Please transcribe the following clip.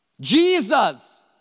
Jesus